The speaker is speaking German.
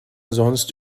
sonst